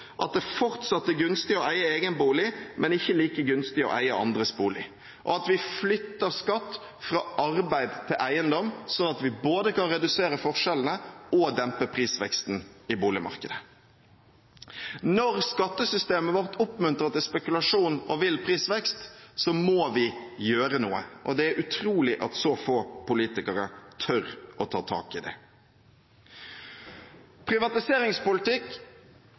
at det fortsatt er gunstig å eie egen bolig, men ikke like gunstig å eie andres bolig, og at vi flytter skatt fra arbeid til eiendom, sånn at vi kan både redusere forskjellene og dempe prisveksten i boligmarkedet. Når skattesystemet vårt oppmuntrer til spekulasjon og vill prisvekst, må vi gjøre noe, og det er utrolig at så få politikere tør å ta tak i det. Privatiseringspolitikk